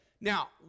now